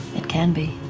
it can be.